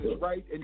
right